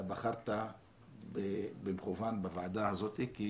אתה בחרת במכוון בוועדה הזאת, כי